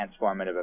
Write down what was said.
transformative